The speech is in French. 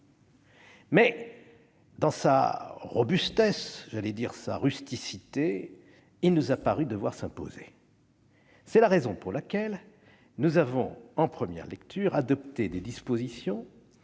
dans sa robustesse- j'allais dire sa rusticité -, il nous a paru devoir s'imposer. C'est la raison pour laquelle nous avons adopté, en première lecture, des dispositions